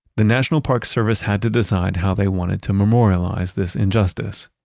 the national park service had to decide how they wanted to memorialize this injustice.